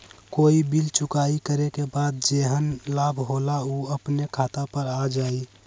कोई बिल चुकाई करे के बाद जेहन लाभ होल उ अपने खाता पर आ जाई?